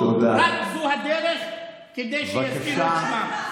רק זו הדרך כדי שיזכירו את שמם.